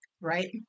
right